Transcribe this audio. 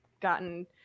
gotten